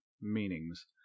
meanings